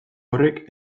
horrek